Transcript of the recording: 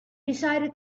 decided